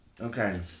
Okay